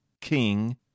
King